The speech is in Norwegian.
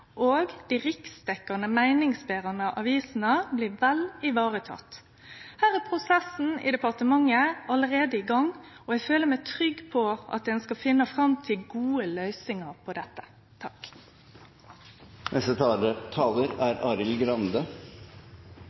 og dei riksdekkjande meiningsberande avisene blir vel varetekne. Her er prosessen i departementet allereie i gang, og eg føler meg trygg på at ein skal finne fram til gode løysingar for dette. Mange har i den debatten vi nå er